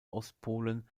ostpolen